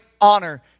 honor